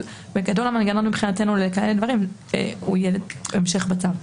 בגדול המנגנון מבחינתנו לכאלה דברים הוא יהיה המשך בצו.